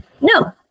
no